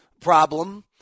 problem